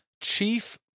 chief